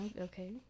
okay